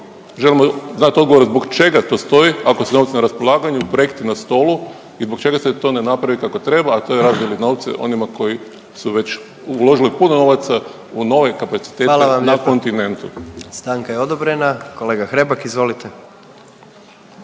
Želimo znati zbog čega to stoji ako su novci na raspolaganju, projekti na stolu i zbog čega se to ne napravi kako treba, a to je razdijeli novce onima koji su već uložili puno novaca u nove kapacitete na kontinentu. **Jandroković, Gordan (HDZ)** Hvala vam lijepa. Stanka je odobrena. Kolega Hrebak izvolite.